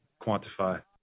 quantify